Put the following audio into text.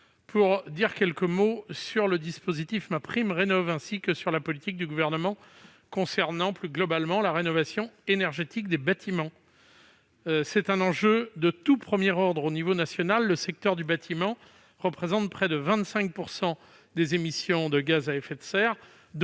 de dire quelques mots du dispositif MaPrimeRénov'et, plus globalement, de la politique du Gouvernement en faveur de la rénovation énergétique des bâtiments. C'est un enjeu de tout premier ordre : au niveau national, le secteur du bâtiment représente près de 25 % des émissions de gaz à effet de serre,